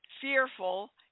fearful